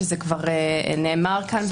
שכבר נאמר כאן.